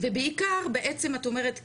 ובעיקר בעצם את אומרת כן,